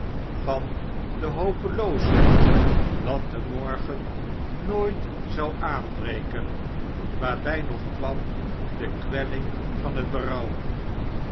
van de hopeloosheid dat de morgen ooit zou aanbreken waarbij nog kwam de kwelling van het berouw